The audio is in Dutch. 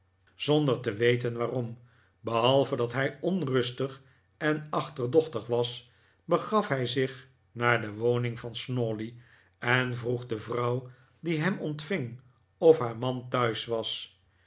zonder te weten waarom behalve dat hij onrustig en achterdochtig was begaf hij zich naar de woning van snawley en vroeg de vrouw die hem ontving of haar man thuis was